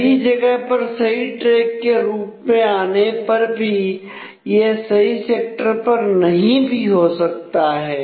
सही जगह पर सही ट्रैक के रूप में आने पर भी यह सही सेक्टर पर नहीं भी हो सकता है